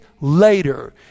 later